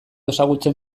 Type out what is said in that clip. ezagutzen